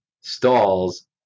stalls